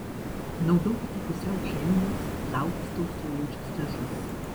naudokite pusiau cheminius plaukus tausojančius dažus